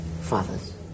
fathers